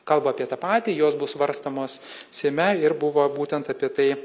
kalba apie tą patį jos bus svarstomos seime ir buvo būtent apie tai